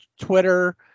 Twitter